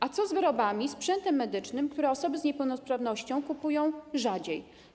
A co z wyrobami, sprzętem medycznym, które osoby z niepełnosprawnością kupują rzadziej?